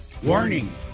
Warning